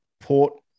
Port